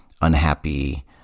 unhappy